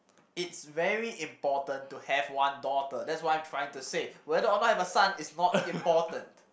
it's very important to have one daughter that's what I'm trying to say whether or not I have a son is not important